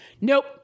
nope